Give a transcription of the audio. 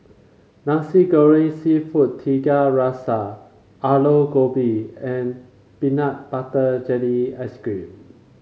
Nasi Goreng seafood Tiga Rasa Aloo Gobi and Peanut Butter Jelly Ice cream